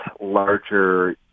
larger